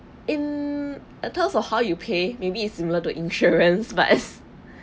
in terms of how you pay maybe is similar to insurance but as